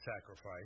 sacrifice